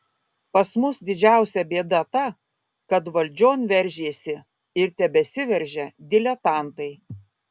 pas mus didžiausia bėda ta kad valdžion veržėsi ir tebesiveržia diletantai